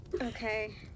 Okay